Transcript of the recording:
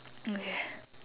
okay